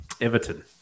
Everton